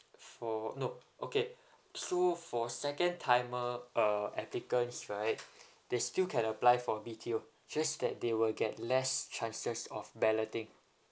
for no okay so for second timer uh applicants right they still can apply for B_T_O just that they will get less chances of balloting